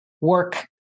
work